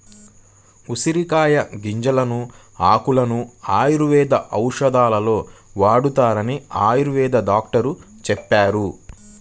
ఉసిరికాయల గింజలను, ఆకులను ఆయుర్వేద ఔషధాలలో వాడతారని ఆయుర్వేద డాక్టరు చెప్పారు